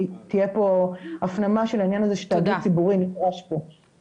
תהיה פה הפנמה של העניין הזה שתאגיד ציבורי נדרש פה --- תודה.